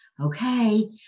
Okay